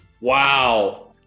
Wow